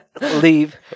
Leave